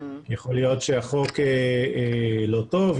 יכול להיות שהחוק לא טוב,